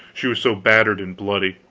she was so battered and bloody.